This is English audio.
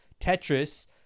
tetris